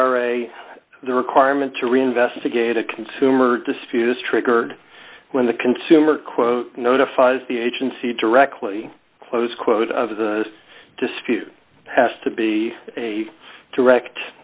r a the requirement to reinvestigate a consumer dispute is triggered when the consumer quote notifies the agency directly close quote of the dispute has to be a direct